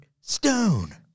Stone